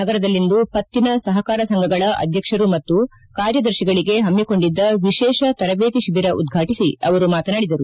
ನಗರದಲ್ಲಿಂದು ಪತ್ತಿನ ಸಪಕಾರ ಸಂಘಗಳ ಅಧ್ವಕ್ಷರು ಮತ್ತು ಕಾರ್ಯದರ್ಶಿಗಳಿಗೆ ಪಮ್ಮಿಕೊಂಡಿದ್ದ ವಿಶೇಷ ತರಬೇತಿ ಶಿವಿರ ಉದ್ಘಾಟಿಸಿ ಅವರು ಮಾತನಾಡಿದರು